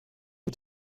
you